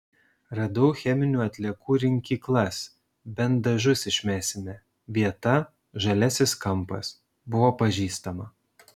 radau cheminių atliekų rinkyklas bent dažus išmesime vieta žaliasis kampas buvo pažįstama